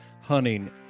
hunting